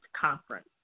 Conference